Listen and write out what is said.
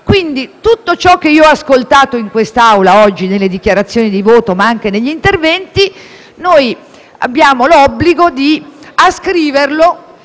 Quindi, tutto ciò che ho ascoltato in quest'Aula oggi nelle dichiarazioni di voto, ma anche negli interventi in discussione generale, abbiamo l'obbligo di ascriverlo